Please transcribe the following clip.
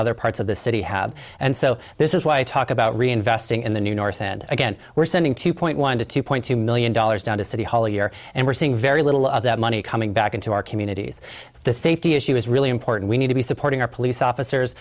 other parts of the city have and so this is why i talk about reinvesting in the new north and again we're sending two point one to two point two million dollars down to city hall year and we're seeing very little of that money coming back into our communities the safety issue is really important we need to be supporting our police officers